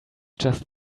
just